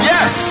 Yes